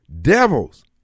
devils